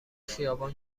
خیابان